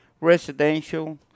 residential